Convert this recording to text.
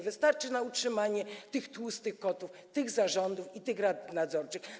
Wystarczy na utrzymanie tych tłustych kotów, tych zarządów i tych rad nadzorczych.